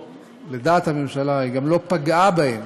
לדעת הממשלה היא גם לא פגעה בהם